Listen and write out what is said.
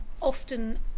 often